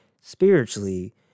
spiritually